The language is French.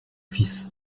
fils